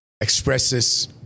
expresses